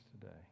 today